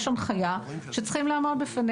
יש הנחיה שצריכים לעמוד בה.